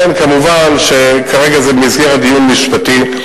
לכן, מובן שכרגע זה במסגרת דיון משפטי.